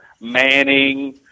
Manning